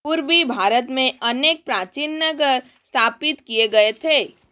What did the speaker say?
पूर्वी भारत में अनेक प्राचीन नगर स्थापित किए गए थे